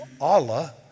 Allah